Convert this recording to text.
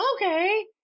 okay